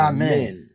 Amen